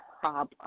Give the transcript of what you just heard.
problem